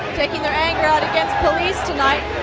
taking their anger out against police tonight.